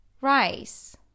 rice